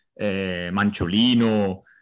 Manciolino